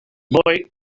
boy